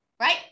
Right